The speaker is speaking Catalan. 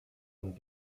amb